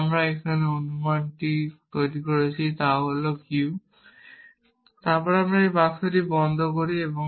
কারণ এখানে আমরা যে অনুমানটি তৈরি করেছি তা ছিল q তারপর আমরা এই বাক্সটি বন্ধ করি